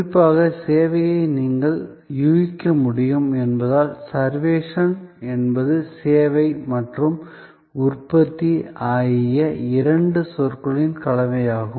குறிப்பாக சேவையை நீங்கள் யூகிக்க முடியும் என்பதால் சர்வேக்ஷன் என்பது சேவை மற்றும் உற்பத்தி ஆகிய இரண்டு சொற்களின் கலவையாகும்